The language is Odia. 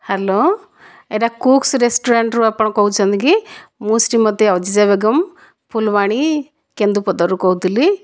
ହ୍ୟାଲୋ ଏହିଟା କୁକସ ରେଷ୍ଟୁରାଣ୍ଟରୁ ଆପଣ କହୁଛନ୍ତି କି ମୁଁ ଶ୍ରୀମତୀ ଅଜିତା ବେଗମ ଫୁଲବାଣୀ କେନ୍ଦୁପଦାରୁ କହୁଥିଲି